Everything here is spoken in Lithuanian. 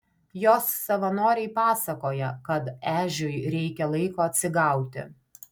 jos savanoriai pasakoja kad ežiui reikia laiko atsigauti